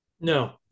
No